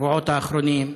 בשבועות האחרונים,